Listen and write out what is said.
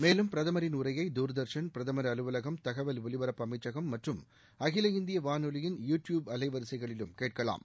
மேலும் பிரதமரின் உரையை தூர்தர்ஷன் பிரதமர் அலுவலகம் தகவல் ஒலிபரப்பு அமைச்சகம் மற்றும் அகில இந்திய வானொலியின் யூ ட்யூப் அலைவரிசைகளிலும் கேட்கலாம்